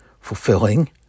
fulfilling